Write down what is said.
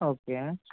okay